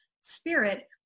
spirit